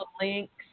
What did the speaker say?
links